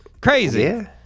crazy